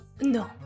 no